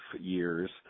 years